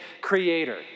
creator